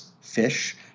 fish